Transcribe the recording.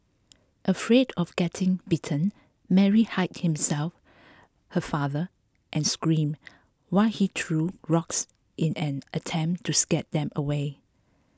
afraid of getting bitten Mary hid himself her father and screamed while he threw rocks in an attempt to scare them away